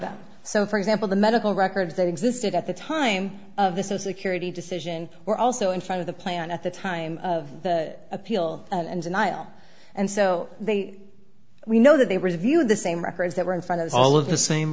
them so for example the medical records that existed at the time of this insecurity decision were also in front of the plan at the time of the appeal and denial and so they we know that they reviewed the same records that were in front of all of the same